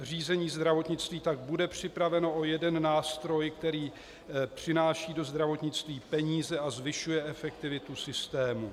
Řízení zdravotnictví tak bude připraveno o jeden nástroj, který přináší do zdravotnictví peníze a zvyšuje efektivitu systému.